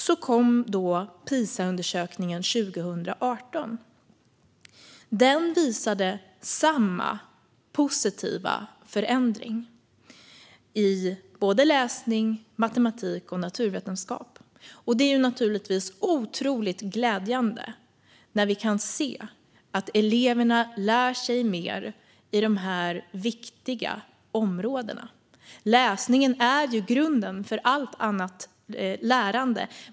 Sedan kom PISA-undersökningen 2018. Den visade samma positiva förändring i kunskaper i såväl läsning som matematik och naturvetenskap. Det är otroligt glädjande när vi kan se att eleverna lär sig mer inom de viktiga områdena. Läsningen är grunden för allt annat lärande.